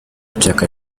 chaka